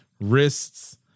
wrists